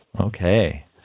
Okay